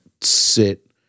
sit